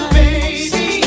baby